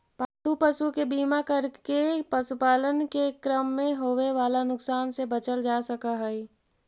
पालतू पशु के बीमा करके पशुपालन के क्रम में होवे वाला नुकसान से बचल जा सकऽ हई